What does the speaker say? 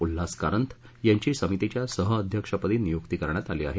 उल्हास कारंथ यांची समितीच्या सहध्यक्षपदी नियुक्ती करण्यात आली आहे